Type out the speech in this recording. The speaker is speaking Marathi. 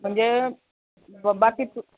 म्हणजे बाकी तू